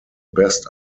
best